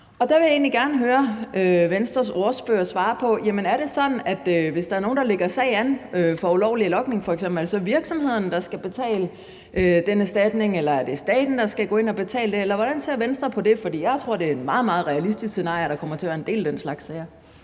Og der vil jeg egentlig gerne høre Venstres ordfører svare på et spørgsmål: Er det sådan, hvis der er nogen, der lægger sag an om f.eks. ulovlig logning, at det så er virksomhederne, der skal betale den erstatning, eller at det er staten, der skal gå ind og betale den erstatning, eller hvordan ser Venstre på det? For jeg tror, det er et meget realistisk scenarie, at der kommer til at være en del af den slags sager.